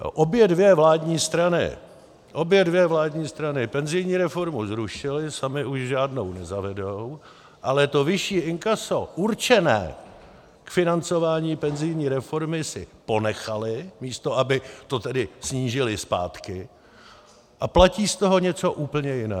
Obě dvě vládní strany, obě dvě vládní strany penzijní reformu zrušily, samy už žádnou nezavedou, ale to vyšší inkaso určené k financování penzijní reformy si ponechaly, místo aby to tedy snížily zpátky, a platí z toho něco úplně jiného.